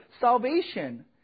salvation